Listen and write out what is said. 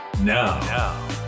now